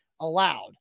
allowed